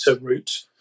route